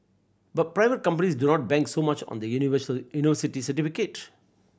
but private companies do not bank so much on the university certificate